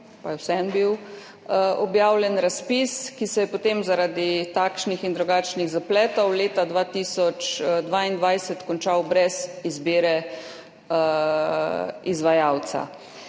Pa je vseeno bil objavljen razpis, ki se je potem zaradi takšnih in drugačnih zapletov leta 2022 končal brez izbire izvajalca.